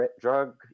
drug